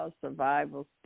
survival